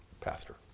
Pastor